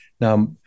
Now